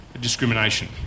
discrimination